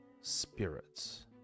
spirits